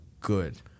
good